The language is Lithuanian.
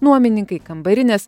nuomininkai kambarinės